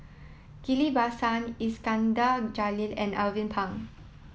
Ghillie Basan Iskandar Jalil and Alvin Pang